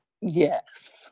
Yes